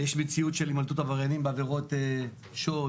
יש מציאות של הימלטות עבריינים בעבירות שוד,